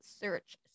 search